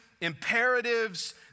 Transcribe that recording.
imperatives